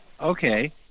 okay